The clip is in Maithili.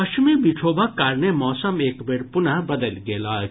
पश्चिमी विक्षोभक कारणे मौसम एक बेर पुनः बदलि गेल अछि